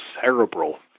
cerebral